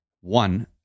one